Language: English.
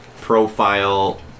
profile